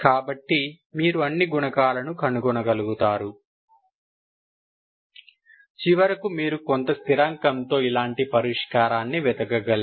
కాబట్టి మీరు అన్ని గుణకాలను కనుగొనగలుగుతారు చివరకు మీరు కొంత స్థిరాంకంతో ఇలాంటి పరిష్కారాన్ని వెతకగలరు